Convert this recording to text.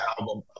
album